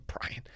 Brian